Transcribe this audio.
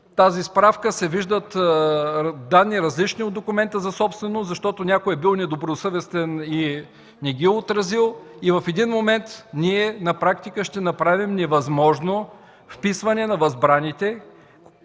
тази справка, се виждат данни, различни от документа за собственост, защото някой е бил недобросъвестен и не ги е отразил и в един момент ние на практика ще направим невъзможно вписване на възбраните